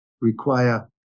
require